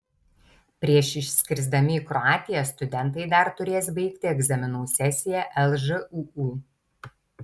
prieš išskrisdami į kroatiją studentai dar turės baigti egzaminų sesiją lžūu